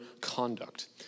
conduct